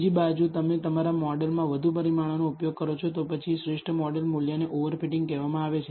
બીજી બાજુ જો તમે તમારા મોડેલમાં વધુ પરિમાણોનો ઉપયોગ કરો છો તો પછી શ્રેષ્ઠ મોડેલ મૂલ્યને ઓવર ફિટિંગ કહેવામાં આવે છે